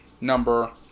number